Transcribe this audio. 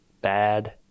Bad